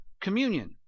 communion